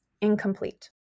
incomplete